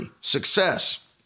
success